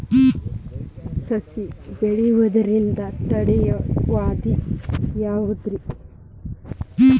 ಸಸಿ ಬೆಳೆಯದಂತ ತಡಿಯೋ ವ್ಯಾಧಿ ಯಾವುದು ರಿ?